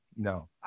No